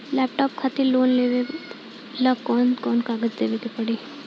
Laptop खातिर loan लेवे ला कौन कौन कागज देवे के पड़ी?